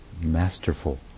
masterful